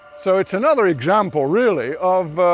so it's another example really of,